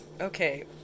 okay